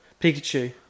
Pikachu